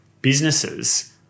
businesses